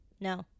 No